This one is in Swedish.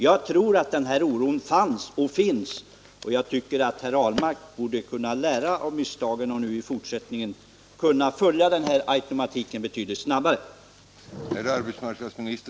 Jag tror att oron fanns och fortfarande finns, och jag tycker att herr Ahlmark borde kunna lära av misstagen och i fortsättningen följa med i automatiken betydligt snabbare.